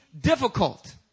difficult